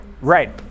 right